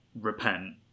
repent